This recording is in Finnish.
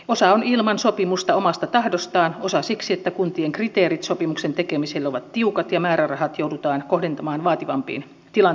osa on ilman sopimusta omasta tahdostaan osa siksi että kuntien kriteerit sopimuksen tekemiselle ovat tiukat ja määrärahat joudutaan kohdentamaan vaativampiin tilanteisiin